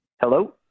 Hello